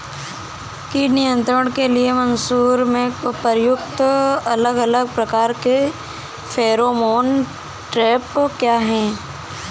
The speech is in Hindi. कीट नियंत्रण के लिए मसूर में प्रयुक्त अलग अलग प्रकार के फेरोमोन ट्रैप क्या है?